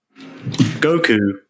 Goku